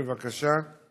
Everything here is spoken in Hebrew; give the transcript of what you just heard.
בבקשה.